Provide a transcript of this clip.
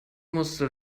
musste